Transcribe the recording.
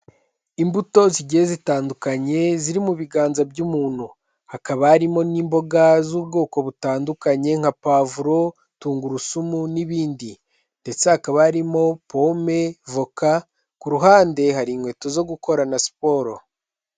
Imbuto zigiye zitandukanye, ziri mu biganza by'umuntu. Hakaba harimo n'imboga z'ubwoko butandukanye nka pavuro, tungurusumu n'ibindi ndetse hakaba harimo pome, voka, ku ruhande hari inkweto zo gukorana siporo.